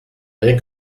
rien